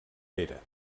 pere